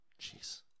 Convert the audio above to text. Jeez